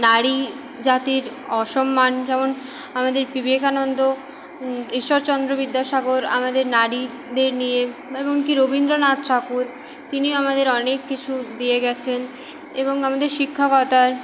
নারীজাতির অসম্মান যেমন আমাদের বিবেকানন্দ ঈশ্বরচন্দ্র বিদ্যাসাগর আমাদের নারীদের নিয়ে এমন কি রবীন্দ্রনাথ ঠাকুর তিনিও আমাদের অনেক কিছু দিয়ে গেছেন এবং আমাদের শিক্ষকতার